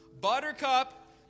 buttercup